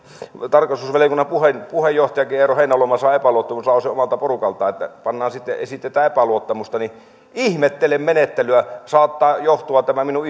tarkastusvaliokunnan puheenjohtajakin eero heinäluoma saa epäluottamuslauseen omalta porukaltaan esitetään epäluottamusta ihmettelen menettelyä saattaa johtua tämä minun